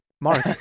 Mark